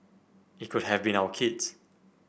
it could have been our kids